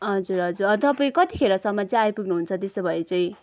हजुर हजुर तपाईँ कतिखेरसम्म चाहिँ आइपुग्नुहुन्छ त्यसो भए चाहिँ